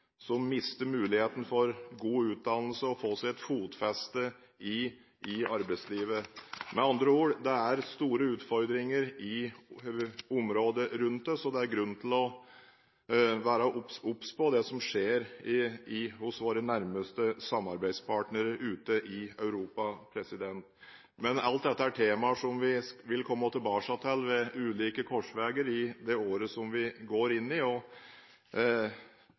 som mister muligheten til god utdannelse og til å få seg et fotfeste i arbeidslivet. Med andre ord: Det er store utfordringer i området rundt oss, og det er grunn til å være obs på det som skjer hos våre nærmeste samarbeidspartnere ute i Europa. Men alt dette er temaer som vi vil komme tilbake til ved ulike korsveier i det året som vi går inn i. Som et apropos til representanten Tenden: Jeg er veldig for en åpen og